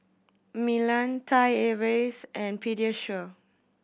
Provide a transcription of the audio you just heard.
Milan Thai Airways and Pediasure